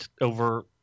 over